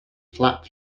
flap